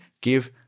give